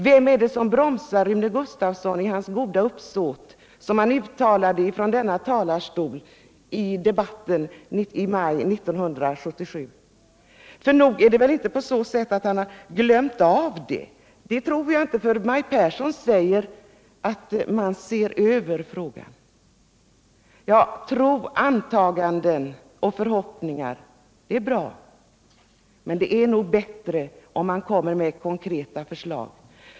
Vad är det som bromsar Rune Gustavsson i hans goda uppsåt, som han gav belägg för från denna talarstol i debatten i maj 1977? Det är väl inte så att han glömt av det? Det tror jag inte, eftersom Maj Pehrsson säger att man ser över frågan. Tro, antaganden och förhoppningar är bra, men det är bättre med konkreta förslag.